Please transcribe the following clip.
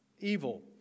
evil